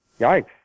yikes